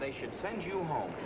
they should send you home